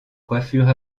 coiffures